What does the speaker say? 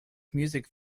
music